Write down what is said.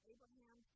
Abraham